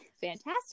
fantastic